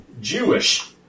Jewish